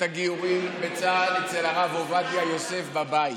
תשמע: אני התחלתי את הגיורים בצה"ל אצל הרב עובדיה יוסף בבית.